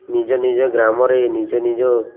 ନିଜ ନିଜ ଗ୍ରାମରେ ନିଜ ନିଜ